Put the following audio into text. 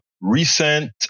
recent